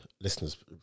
listeners